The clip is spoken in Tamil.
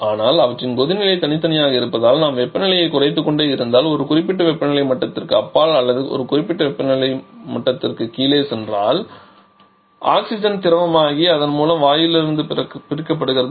ஆனால் அவற்றின் கொதிநிலை தனித்தனியாக இருப்பதால் நாம் வெப்பநிலையை குறைத்துக்கொண்டே இருந்தால் ஒரு குறிப்பிட்ட வெப்பநிலை மட்டத்திற்கு அப்பால் அல்லது ஒரு குறிப்பிட்ட வெப்பநிலை மட்டத்திற்கு கீழே சென்றால் ஆக்ஸிஜன் திரவமாகி அதன் மூலம் வாயுவிலிருந்து பிரிக்கப்படுகிறது